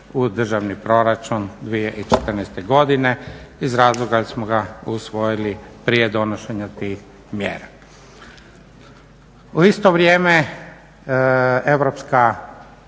u državni proračun 2014. godine iz razloga jer smo ga usvojili prije donošenja tih mjera. U isto vrijeme Europska